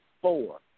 four